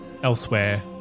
Elsewhere